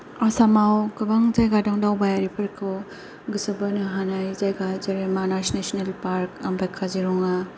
आसामाव गोबां जायगा दं दावबायारिफोरखौ गोसो बोनो हानाय जायगा जेरै मानास नेसनेल पार्क ओमफाय काजिरङा